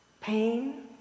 pain